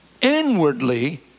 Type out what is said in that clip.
Inwardly